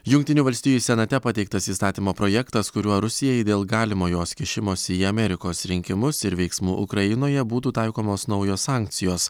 jungtinių valstijų senate pateiktas įstatymo projektas kuriuo rusijai dėl galimo jos kišimosi į amerikos rinkimus ir veiksmų ukrainoje būtų taikomos naujos sankcijos